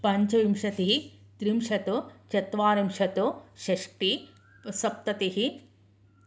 पञ्चविशतिः त्रिंशत् चत्वारिंशत् षष्टिः सप्ततिः